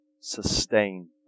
sustain